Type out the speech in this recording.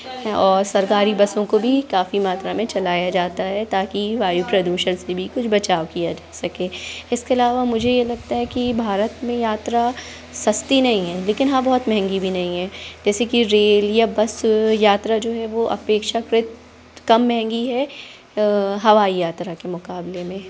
और सरकारी बसों को भी काफ़ी मात्रा में चलाया जाता है ताकि वायु प्रदूषण से भी कुछ बचाव किया जा सके इसके अलावा मुझे ये लगता है की भारत में यात्रा सस्ती नहीं है लेकिन हाँ बहुत महंगी भी नहीं है जैसे की रेल या बस यात्रा जो है वो अपेक्षाकृत कम महंगी है हवाई यात्रा के मुकाबले में